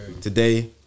Today